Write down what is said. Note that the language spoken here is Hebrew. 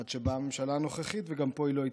עד שבאה הממשלה הנוכחית וגם פה היא לא התאפקה.